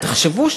תחשבו,